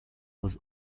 was